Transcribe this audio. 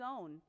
own